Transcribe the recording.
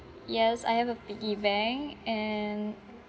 yes I have a piggy bank and